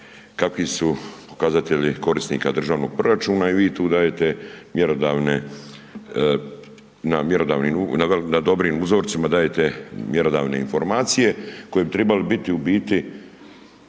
kakvi su pokazatelji korisnika državnog proračuna i vi tu dajete mjerodavne, na dobrim uzorcima dajete mjerodavne informacije koje bi trebale biti u biti